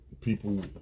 people